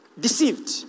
deceived